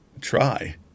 try